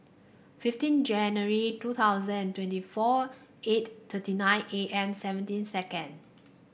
fifteen January two thousand and twenty four eight thirty nine A M seventeen second